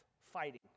fighting